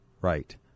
right